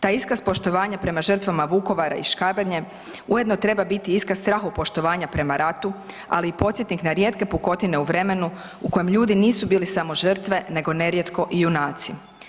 Taj iskaz poštovanja prema žrtvama Vukovara i Škabrnje ujedno treba biti iskaz strahopoštovanja prema ratu, ali i podsjetnik na rijetke pukotine u vremenu u kojem ljudi nisu bili samo žrtve nego nerijetko i junaci.